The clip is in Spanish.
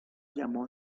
llamó